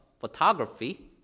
photography